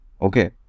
Okay